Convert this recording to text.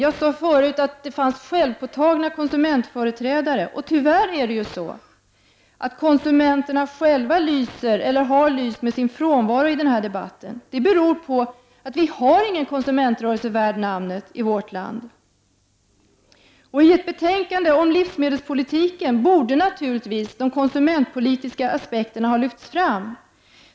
Jag sade tidigare att det fanns självpåtagna konsumentföreträdare, och tyvärr har konsumenterna själva lyst med sin frånvaro i denna debatt. Det beror på att vi inte har någon konsumentrörelse värd namnet i vårt land. I ett betänkande om livsmedelspolitiken borde naturligtvis de konsumentpolitiska aspekterna ha lyfts fram.